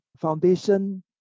foundation